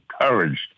encouraged